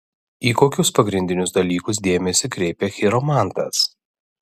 į kokius pagrindinius dalykus dėmesį kreipia chiromantas